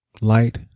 light